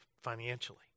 financially